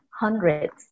hundreds